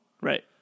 right